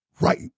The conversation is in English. right